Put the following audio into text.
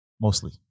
Mostly